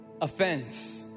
offense